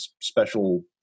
special